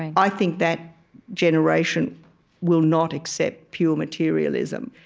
i think that generation will not accept pure materialism.